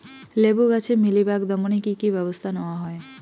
লেবু গাছে মিলিবাগ দমনে কী কী ব্যবস্থা নেওয়া হয়?